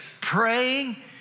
Praying